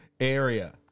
area